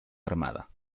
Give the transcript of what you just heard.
armada